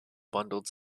bundled